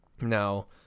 Now